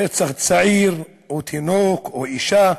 רצח צעיר או תינוק או אישה.